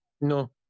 No